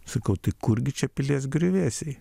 sakau tai kurgi čia pilies griuvėsiai